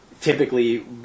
typically